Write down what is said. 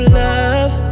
love